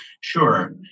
Sure